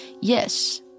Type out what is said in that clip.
Yes